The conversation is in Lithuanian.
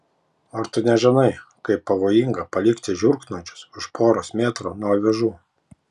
ar tu nežinai kaip pavojinga palikti žiurknuodžius už poros metrų nuo avižų